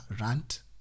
rant